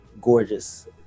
gorgeous